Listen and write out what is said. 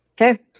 okay